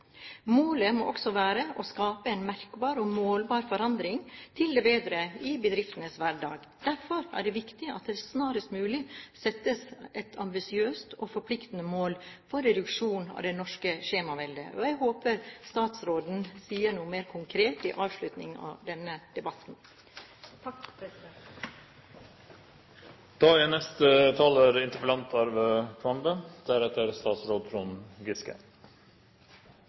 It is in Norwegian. Målet må også være å skape en merkbar og målbar forandring til det bedre i bedriftenes hverdag. Derfor er det viktig at det snarest mulig settes et ambisiøst og forpliktende mål for reduksjon av det norske skjemaveldet. Jeg håper statsråden sier noe mer konkret i avslutningen av denne debatten.